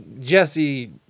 Jesse